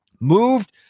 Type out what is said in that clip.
moved